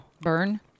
burn